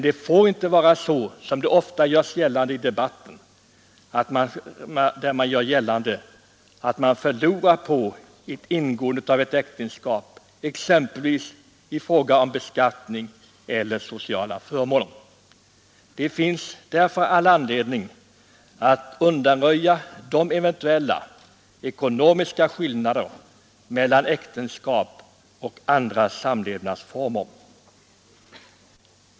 Det får inte vara så, som det ofta görs gällande i debatten, att man förlorar på ingående av ett äktenskap exempelvis när det gäller beskattning eller sociala förmåner. Det finns därför all anledning att undanröja eventuella ekonomiska skillnader mellan äktenskapet och andra samlevnadsformer.